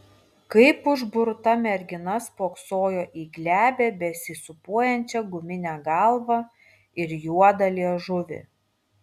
kaip užburta mergina spoksojo į glebią besisūpuojančią guminę galvą ir juodą liežuvį